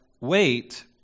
wait